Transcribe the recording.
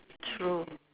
true